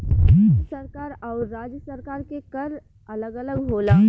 केंद्र सरकार आउर राज्य सरकार के कर अलग अलग होला